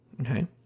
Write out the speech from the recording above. Okay